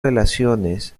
relaciones